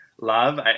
love